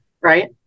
right